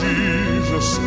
Jesus